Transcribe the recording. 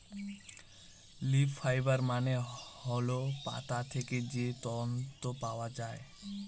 leaf fibre মানে হল পাতা থেকে যে তন্তু পাওয়া যায়